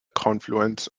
confluence